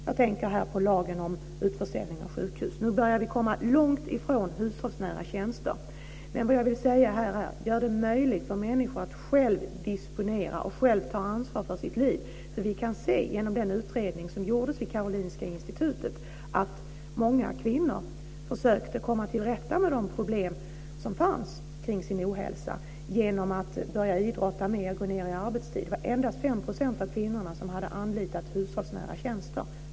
Jag tänker här på lagen om utförsäljning av sjukhus. Nu börjar vi komma långt ifrån hushållsnära tjänster, men vad jag vill säga är att vi ska göra det möjligt för människor att själva disponera och ta ansvar för sina liv. Vi kan se, genom den utredning som gjordes vid Karolinska Institutet, att många kvinnor försöker komma till rätta med de problem som finns kring deras ohälsa genom att börja idrotta mer och gå ned i arbetstid. Det var endast 5 % av kvinnorna som hade anlitat hushållsnära tjänster.